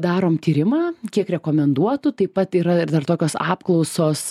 darom tyrimą kiek rekomenduotų taip pat yra ir dar tokios apklausos